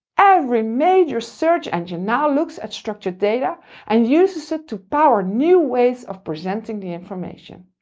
every major search engine now looks at structured data and uses it to power new ways of presenting the information.